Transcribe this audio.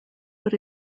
but